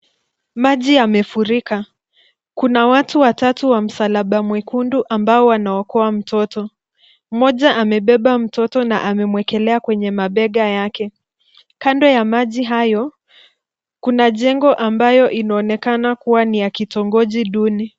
Maji yamefurika. Kuna watu watatu wa msalaba mwekundu ambao wanaokoa mtoto. Mmoja amebeba mtoto na amemwekelea kwenye mabega yake. Kando ya maji hayo kuna jengo ambayo inaonekana kuwa ni ya kitongoji duni.